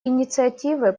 инициативы